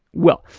well,